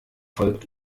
folgt